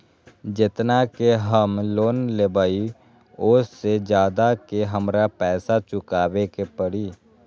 जेतना के हम लोन लेबई ओ से ज्यादा के हमरा पैसा चुकाबे के परी?